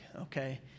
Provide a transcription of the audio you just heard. okay